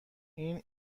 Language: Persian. این